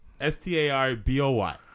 S-T-A-R-B-O-Y